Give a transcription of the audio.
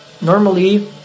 Normally